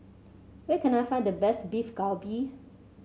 where can I find the best Beef Galbi